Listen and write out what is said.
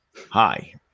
Hi